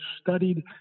studied